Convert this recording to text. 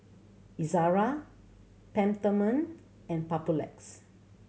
Ezerra Peptamen and Papulex